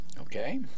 Okay